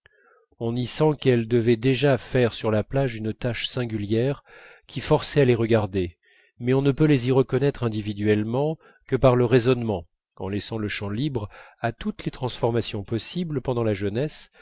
on y sent qu'elles devaient déjà faire sur la plage une tache singulière qui forçait à les regarder mais on ne peut les y reconnaître individuellement que par le raisonnement en laissant le champ libre à toutes les transformations possibles pendant la jeunesse